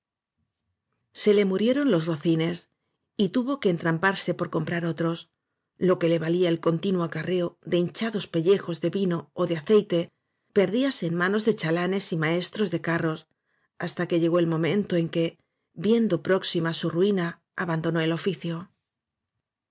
se le murieron los rocines y tuvo que en tramparse para comprar otros lo que le valía el continuo acarreo de hinchados pellejos de vino ó aceite perdíase en manos de chalanes y maestros de carros hasta que llegó el momento en que viendo próxima su ruina abandonó el